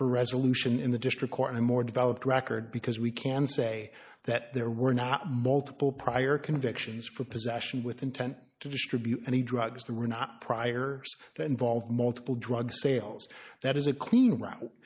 for resolution in the district court in a more developed record because we can say that there were not multiple prior convictions for possession with intent to distribute any drugs that were not prior that involve multiple drug sales that is a clean route